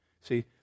See